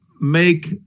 make